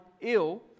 ill